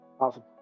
awesome